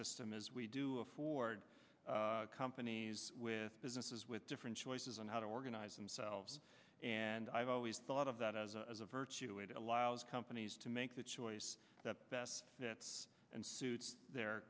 system is we do afford companies with businesses with different choices on how to organize themselves and i've always thought of that as a virtue it allows companies to make the choice that best fits and suits their